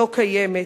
לא קיימת.